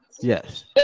Yes